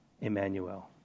Emmanuel